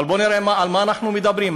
אבל בואו נראה על מה אנחנו מדברים.